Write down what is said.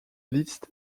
liszt